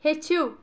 ہیٚچھِو